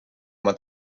oma